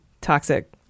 Toxic